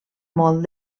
molt